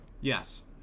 Yes